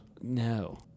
No